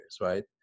right